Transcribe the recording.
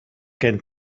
gen